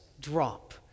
drop